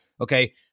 Okay